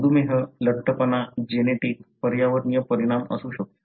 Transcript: मधुमेह लठ्ठपणा जेनेटिक पर्यावरणीय परिणाम असू शकतो